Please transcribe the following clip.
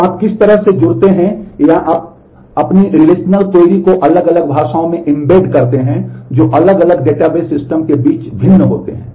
तो आप किस तरह से जुड़ते हैं या अपनी रिलेशनल क्वेरी करते हैं जो अलग अलग डेटाबेस सिस्टम के बीच भिन्न होते हैं